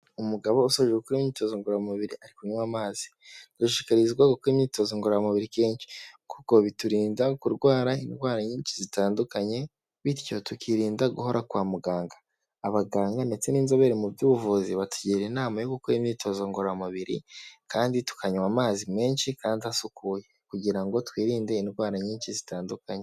Umugabo usoje gukora imyitozo ngororamubiri ari kunywa amazi. Dushishikarizwa gukora imyitozo ngororamubiri kenshi kuko biturinda kurwara indwara nyinshi zitandukanye bityo tukirinda guhora kwa muganga. Abaganga ndetse n'inzobere mu by'ubuvuzi batugira inama yo gukora imyitozo ngororamubiri kandi tukanywa amazi menshi kandi asukuye kugira ngo twirinde indwara nyinshi zitandukanye.